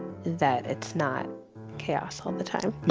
that it's not chaos on the time.